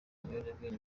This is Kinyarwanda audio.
ibiyobyabwenge